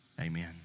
amen